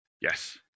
Yes